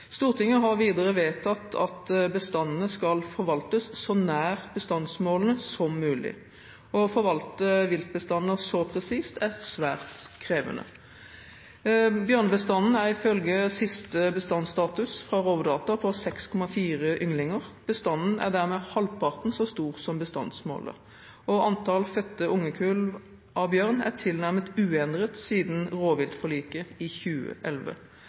Stortinget har videre vedtatt at bestandene skal forvaltes så nær bestandsmålene som mulig. Å forvalte viltbestander så presist er svært krevende. Bjørnebestanden er ifølge siste bestandsstatus fra Rovdata på 6,4 ynglinger. Bestanden er dermed halvparten så stor som bestandsmålet. Antall fødte ungekull av bjørn er tilnærmet uendret siden rovviltforliket i 2011.